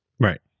Right